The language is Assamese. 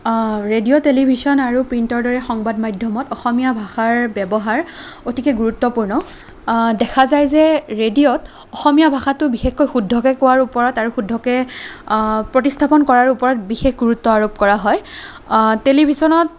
ৰেডিঅ' টেলিভিছন আৰু প্ৰিণ্টৰ দৰে সংবাদ মাধ্যমত অসমীয়া ভাষাৰ ব্য়ৱহাৰ অতিকৈ গুৰুত্বপূৰ্ণ দেখা যায় যে ৰেডিঅ'ত অসমীয়া ভাষাটো বিশেষকৈ শুদ্ধকৈ কোৱাৰ ওপৰত আৰু শুদ্ধকৈ প্ৰতিস্থাপন কৰাৰ ওপৰত বিশেষ গুৰুত্ব আৰূপ কৰা হয় টেলিভিচনত